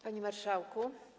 Panie Marszałku!